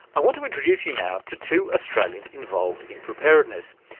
i want to introduce you now to two australians involved in preparedness.